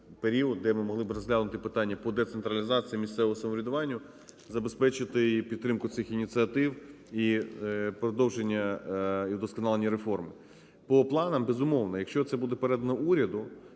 де ми могли б розглянути питання по децентралізації, місцевому самоврядуванню, забезпечити підтримку цих ініціатив і продовження і удосконалення реформ. По планах, безумовно, якщо це буде передано уряду,